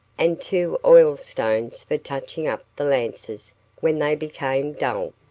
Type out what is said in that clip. and two oil-stones for touching up the lances when they became dull.